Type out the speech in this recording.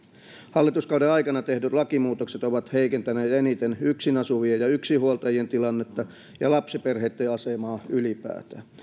hallituskauden aikana tehdyt lakimuutokset ovat heikentäneet eniten yksin asuvien ja yksinhuoltajien tilannetta ja lapsiperheitten asemaa ylipäätään